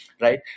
right